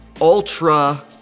ultra